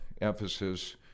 emphasis